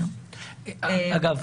אגב,